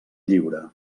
lliure